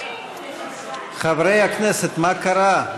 חברי הכנסת, מה קרה?